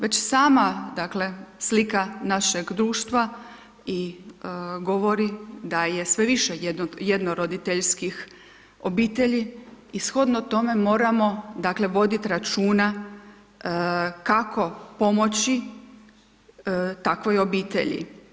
Već sama dakle slika našeg društva i govori da je sve više jednoroditeljskih obitelji i shodno tome moramo dakle voditi računa kako pomoći takvoj obitelji.